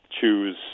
choose